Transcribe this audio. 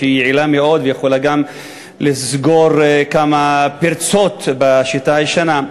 היא יעילה מאוד ויכולה גם לסגור כמה פרצות בשיטה הישנה,